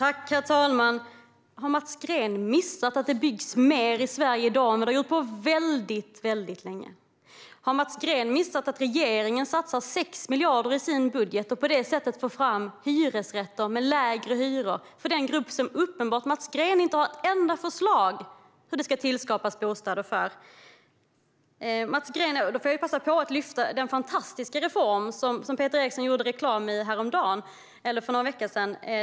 Herr talman! Har Mats Green missat att det byggs mer i Sverige i dag än vad det har gjort på väldigt länge? Har Mats Green missat att regeringen satsar 6 miljarder i sin budget för att få fram hyresrätter med lägre hyror för den grupp som Mats Green uppenbart inte har ett enda förslag på hur det ska skapas bostäder för? Jag vill passa på att lyfta fram den fantastiska, gröna reform som Peter Eriksson gjorde reklam för häromveckan.